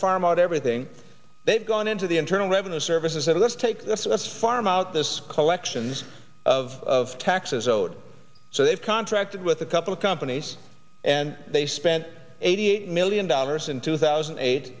farm out everything they've gone into the internal revenue service and let's take the farm out this collections of taxes owed so they've contracted with a couple of companies and they spent eighty eight million dollars in two thousand and eight